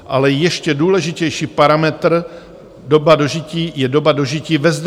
Ale ještě důležitější parametr doba dožití je doba dožití ve zdraví.